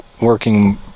working